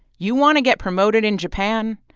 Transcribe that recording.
you want to get promoted in japan?